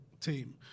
team